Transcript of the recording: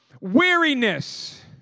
weariness